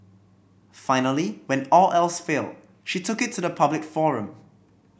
finally when all else failed she took it to the public forum